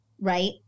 right